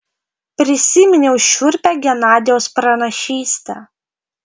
prisiminiau šiurpią genadijaus pranašystę